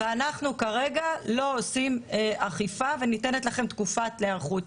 ואנחנו כרגע לא עושים אכיפה וניתנת להם תקופת היערכות.